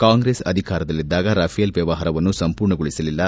ಕಾಂಗ್ರೆಸ್ ಅಧಿಕಾರದಲ್ಲಿದ್ದಾಗ ರಫೇಲ್ ವ್ಯವಹಾರವನ್ನು ಸಂಪೂರ್ಣಗೊಳಿಸಲಿಲ್ಲ